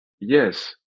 Yes